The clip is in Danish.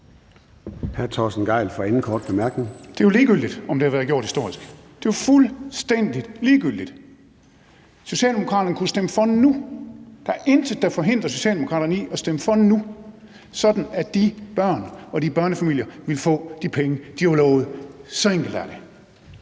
Det er jo ligegyldigt, om det har været gjort historisk – det er jo fuldstændig ligegyldigt. Socialdemokraterne kunne stemme for nu. Der er intet, der forhindrer Socialdemokraterne i at stemme for nu, sådan at de børn og de børnefamilier ville få de penge, de var lovet. Så enkelt er det.